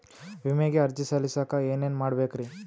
ವಿಮೆಗೆ ಅರ್ಜಿ ಸಲ್ಲಿಸಕ ಏನೇನ್ ಮಾಡ್ಬೇಕ್ರಿ?